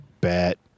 bet